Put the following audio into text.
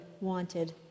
wanted